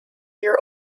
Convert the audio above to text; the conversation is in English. your